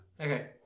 Okay